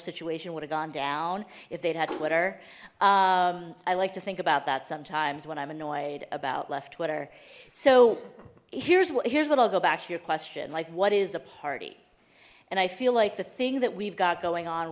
situation would have gone down if they'd had twitter i like to think about that sometimes when i'm annoyed about left twitter so here's what here's what i'll go back to your question like what is a party and i feel like the thing that we've got going on